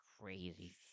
crazy